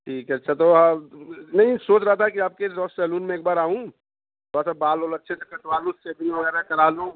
ठीक है अच्छा तो आप नहीं सोच रहा था कि आपके इस बार सैलून में एक बार आऊँ थोड़ा सा बाल ओल अच्छे से कटवा लूँ सेटिंग वगैरह करा लूँ